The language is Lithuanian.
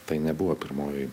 tai nebuvo pirmoj